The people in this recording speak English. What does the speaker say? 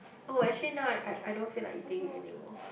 oh actually now I I don't feel like eating it anymore